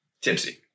tipsy